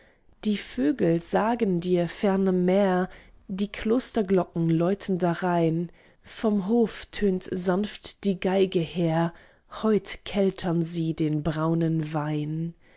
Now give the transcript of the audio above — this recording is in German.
die vögel sagen dir ferne mär die klosterglocken läuten darein vom hof tönt sanft die geige her heut keltern sie den braunen wein